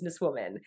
businesswoman